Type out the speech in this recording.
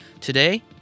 Today